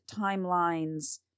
timelines